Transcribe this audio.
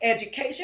education